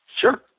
Sure